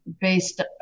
based